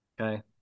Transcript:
Okay